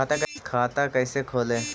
खाता कैसे खोले?